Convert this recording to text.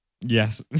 Yes